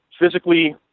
physically